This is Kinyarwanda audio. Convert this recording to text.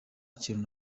kintu